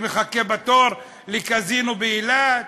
שמחכה בתור לקזינו באילת.